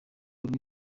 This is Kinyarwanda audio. rwego